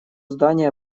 здания